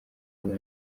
rwa